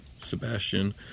Sebastian